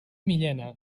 millena